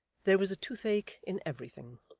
there was a toothache in everything.